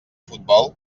futbol